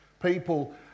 people